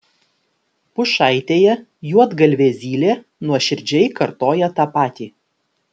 pušaitėje juodgalvė zylė nuoširdžiai kartoja tą patį